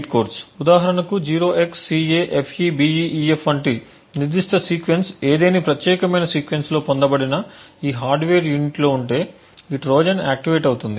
ఉదాహరణకు 0xCAFEBEEF వంటి నిర్దిష్ట సీక్వెన్స్ ఏదేని ప్రత్యేకమైన సీక్వెన్స్లో పొందబడిన ఈ హార్డ్వేర్ యూనిట్లో ఉంటే ఈ ట్రోజన్ ఆక్టివేట్ అవుతుంది